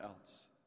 else